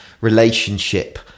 relationship